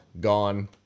gone